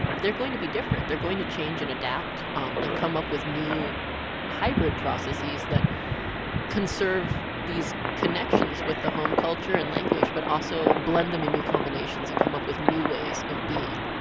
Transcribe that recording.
they're going to be different. they're going to change and adapt um and come up with new hybrid processes that conserve these connections with the home culture and language but also blend them in new combinations and come up with new ways of being.